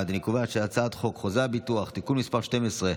חוק חוזה הביטוח (תיקון מס' 12),